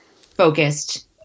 focused